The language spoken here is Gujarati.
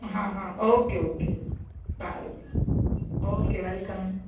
હા હા ઓકે ઓકે સારું ઓકે વેલકમ